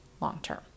long-term